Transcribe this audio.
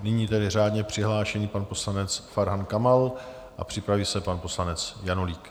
A nyní tedy řádně je přihlášený pan poslanec Farhan Kamal, připraví se pan poslanec Janulík.